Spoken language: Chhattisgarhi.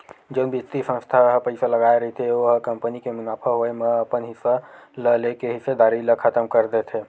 जउन बित्तीय संस्था ह पइसा लगाय रहिथे ओ ह कंपनी के मुनाफा होए म अपन हिस्सा ल लेके हिस्सेदारी ल खतम कर देथे